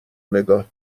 نگاه